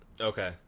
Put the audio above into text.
Okay